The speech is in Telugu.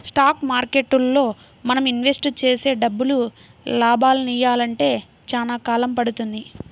స్టాక్ మార్కెట్టులో మనం ఇన్వెస్ట్ చేసే డబ్బులు లాభాలనియ్యాలంటే చానా కాలం పడుతుంది